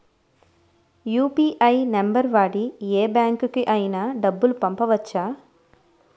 UPI number వాడి యే బ్యాంకుకి అయినా డబ్బులు పంపవచ్చ్చా?